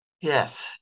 Yes